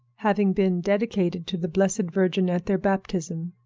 having been dedicated to the blessed virgin at their baptism.